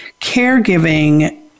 caregiving